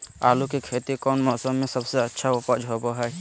आलू की खेती कौन मौसम में सबसे अच्छा उपज होबो हय?